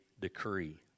decree